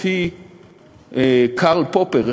לפי קרל פופר,